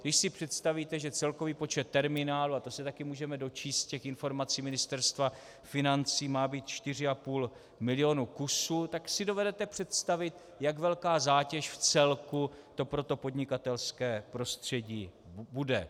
Když si představíte, že celkový počet terminálů, a to se taky můžeme dočíst z těch informací Ministerstva financí, má být 4,5 milionu kusů, tak si dovedete představit, jak velká zátěž v celku to pro to podnikatelské prostředí bude.